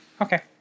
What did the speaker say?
Okay